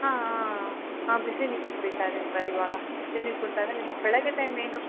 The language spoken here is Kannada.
ಹಾಂ ಹಾಂ ಹಾಂ ಬಿಸಿ ನೀರು ಕುಡಿತಾ ಇದ್ದೀನಿ ಸರ್ ಇವಾಗ ಬಿಸಿ ನೀರು ಕುಡಿತಾ ಇದೀನಿ ಬೆಳಗ್ಗೆ ಟೈಮ್ ಏನೂ